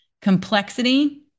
complexity